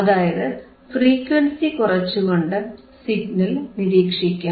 അതായത് ഫ്രീക്വൻസി കുറച്ചുകൊണ്ട് സിഗ്നൽ നിരീക്ഷിക്കാം